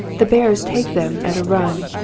the bearers take them at a run.